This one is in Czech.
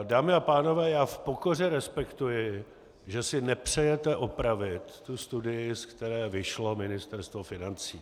Dámy a pánové, já v pokoře respektuji, že si nepřejete opravit tu studii, ze které vyšlo Ministerstvo financí.